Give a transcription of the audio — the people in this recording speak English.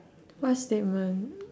what statement